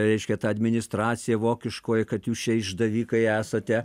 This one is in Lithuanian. reiškia ta administracija vokiškoji kad jūs čia išdavikai esate